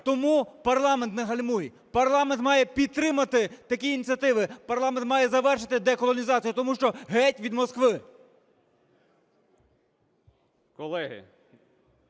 Тому, парламент, не гальмуй! Парламент має підтримати такі ініціативи, парламент має завершити деколонізацію. Тому що геть від Москви!